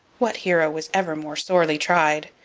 what hero was ever more sorely tried?